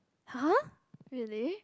!huh! really